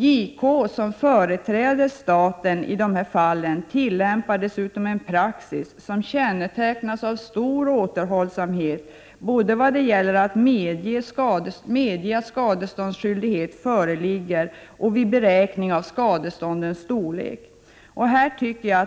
JK, som företräder staten i dessa fall, tillämpar dessutom en praxis som kännetecknas av stor återhållsamhet både vad gäller att medge att skadeståndsskyldighet föreligger och vid beräkning av skadeståndens storlek.